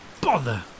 Bother